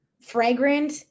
fragrant